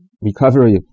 recovery